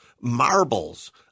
marbles